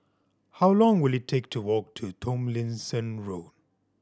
how long will it take to walk to Tomlinson Road